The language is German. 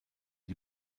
die